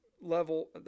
level